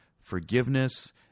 forgiveness